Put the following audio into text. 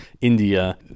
India